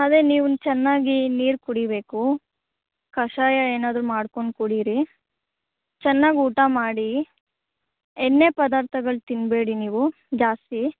ಅದೇ ನೀವು ಚೆನ್ನಾಗಿ ನೀರು ಕುಡಿಬೇಕು ಕಷಾಯ ಏನಾದ್ರೂ ಮಾಡ್ಕೊಂಡು ಕುಡೀರಿ ಚೆನ್ನಾಗಿ ಊಟ ಮಾಡಿ ಎಣ್ಣೆ ಪದಾರ್ಥಗಳು ತಿನ್ನಬೇಡಿ ನೀವು ಜಾಸ್ತಿ